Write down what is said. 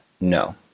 no